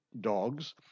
dogs